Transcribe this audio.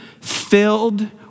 filled